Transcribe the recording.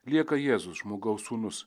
lieka jėzus žmogaus sūnus